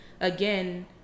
again